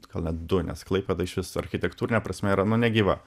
gal net du nes klaipėda iš vis architektūrine prasme yra nu negyva